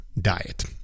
diet